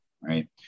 Right